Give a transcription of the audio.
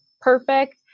perfect